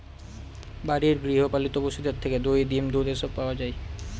বাড়ির গৃহ পালিত পশুদের থেকে দই, ডিম, দুধ এসব পাওয়া যায়